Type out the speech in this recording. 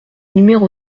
numéro